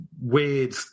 weird